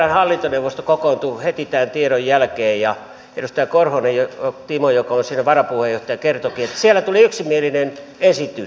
vrn hallintoneuvosto kokoontui heti tämän tiedon jälkeen ja edustaja timo korhonen joka on siinä varapuheenjohtajana kertoikin että siellä tuli yksimielinen esitys